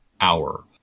hour